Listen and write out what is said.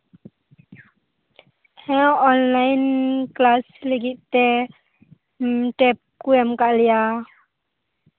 ᱦᱮᱸ online class ᱞᱟᱹᱜᱤᱫ ᱛᱮ ᱴᱮᱵ ᱠᱚ ᱮᱢ ᱠᱟᱫ ᱞᱮᱭᱟ